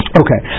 okay